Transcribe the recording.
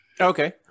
Okay